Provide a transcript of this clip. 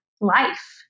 life